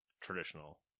traditional